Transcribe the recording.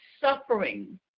suffering